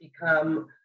become